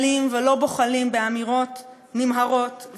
אבל במקום זה דוחקים אותם לתשתיות ירודות באופן שאחר כך מידרדר לאלימות.